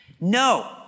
No